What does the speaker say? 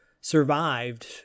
survived